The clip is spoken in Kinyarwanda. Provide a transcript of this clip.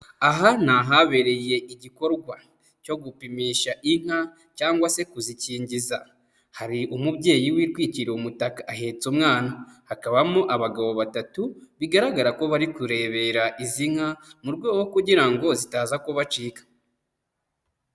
Aha ni ahabereye igikorwa cyo gupimisha inka cyangwa se kuzikingiza, hari umubyeyi witwikiriye umutaka ahetse umwana, hakabamo abagabo batatu bigaragara ko bari kurebera izi nka mu rwego rwo kugira ngo zitaza kubacika.